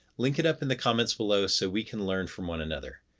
link it up in the comments below so we can learn from one another.